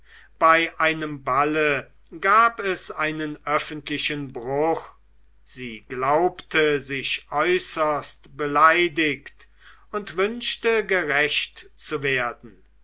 bei einem balle gab es einen öffentlichen bruch sie glaubte sich äußerst beleidigt und wünschte gerächt zu werden